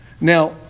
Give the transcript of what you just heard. Now